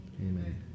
Amen